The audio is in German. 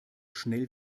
schnell